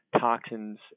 toxins